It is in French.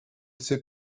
sais